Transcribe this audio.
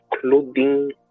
clothing